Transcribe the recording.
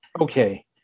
okay